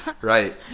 Right